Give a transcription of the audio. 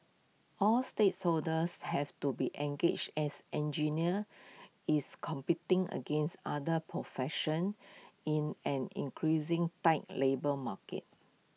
all stakeholders have to be engaged as engineer is competing against other professions in an increasing tight labour market